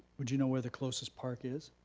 would you know where the closest park is?